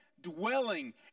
dwelling